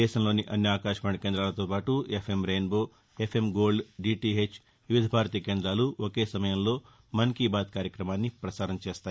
దేశంలోని అన్ని ఆకాశవాణి కేంద్రాలతోపాటు FM rainbow FM gold DTH Vividh Bharati కేందాలు ఒకే సమయంలో మన్ కీ బాత్ కార్యక్రమాన్ని పసారం చేస్తాయి